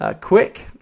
quick